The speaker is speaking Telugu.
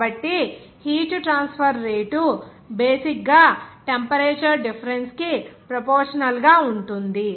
కాబట్టి హీట్ ట్రాన్స్ఫర్ రేటు బేసిక్ గా టెంపరేచర్ డిఫరెన్స్ కి ప్రొపోర్షనల్ గా ఉంటుంది